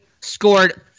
scored